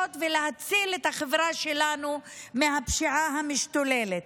ולהציל את החברה שלנו מהפשיעה המשתוללת.